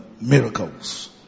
miracles